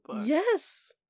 Yes